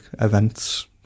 events